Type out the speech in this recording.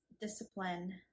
discipline